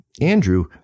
Andrew